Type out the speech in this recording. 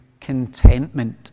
contentment